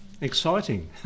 exciting